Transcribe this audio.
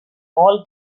all